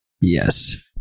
yes